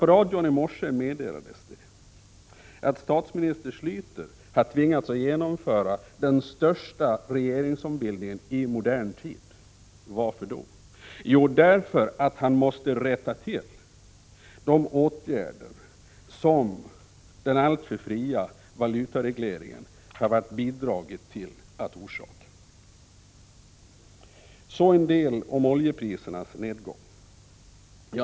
På radion i morse meddelades nämligen att statsminister Schläter hade tvingats genomföra den största regeringsombildningen i modern tid. Varför då? Jo, därför att man måste rätta till de åtgärder som den alltför fria valutaregleringen bidragit till att orsaka. Så en del om oljeprisernas nedgång.